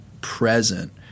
present